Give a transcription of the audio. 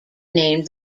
named